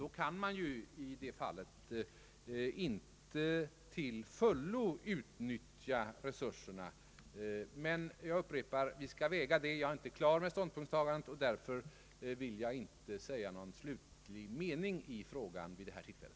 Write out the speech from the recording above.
I det fallet kan man ju inte till fullo utnyttja resurserna. Jag upprepar dock att vi skall överväga en sådan ordning. Jag är inte klar med mitt ståndpunktstagande, och därför vill jag inte uttrycka någon slutlig mening i frågan vid detta tillfälle.